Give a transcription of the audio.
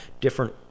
different